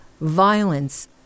violence